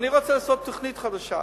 אבל אני רוצה לעשות תוכנית חדשה.